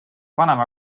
vanema